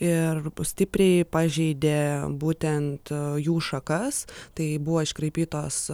ir pus stipriai pažeidė būtent jų šakas tai buvo iškraipytos